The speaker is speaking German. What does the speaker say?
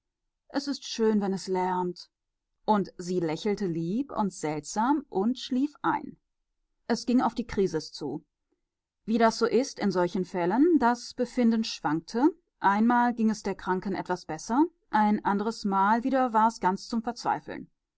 es ist so schön wenn es lärmt und sie lächelte lieb und seltsam und schlief ein es ging auf die krisis zu wie das so ist in solchen fällen das befinden schwankte einmal ging es der kranken etwas besser ein anderes mal wieder war es